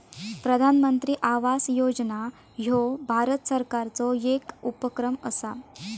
प्रधानमंत्री आवास योजना ह्यो भारत सरकारचो येक उपक्रम असा